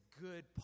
good